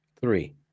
Three